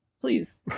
Please